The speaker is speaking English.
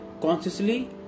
Consciously